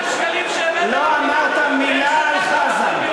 לא אמרת מילה על חזן.